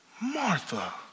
Martha